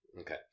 okay